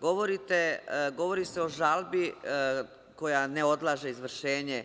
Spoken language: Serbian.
Govori se o žalbi koja ne odlaže izvršenje